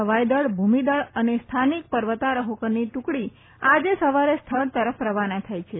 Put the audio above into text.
હ્વાઈદળ ભૂમિદળ અને સ્થાનિક પર્વતારોહ્કોની ટુકડી આજે સવારે સ્થળ તરફ રવાના થઈ છે